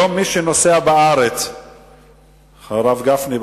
הרב גפני,